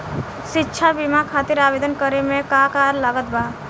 शिक्षा बीमा खातिर आवेदन करे म का का लागत बा?